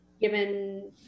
given